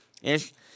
es